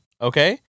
okay